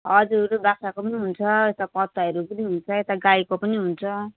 हजुर हजुर बाख्राको पनि हुन्छ यता पत्ताहरू पनि हुन्छ यता गाईको पनि हुन्छ